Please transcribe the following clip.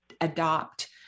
adopt